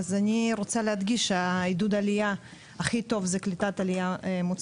אז אני רוצה להדגיש שעידוד עלייה הכי טוב זה קליטת עלייה מוצלחת.